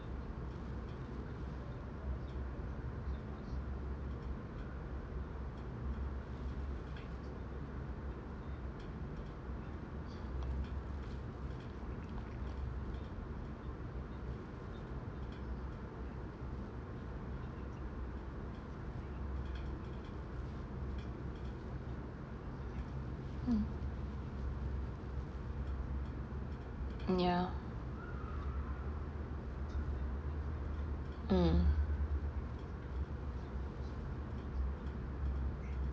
ya mm